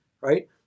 right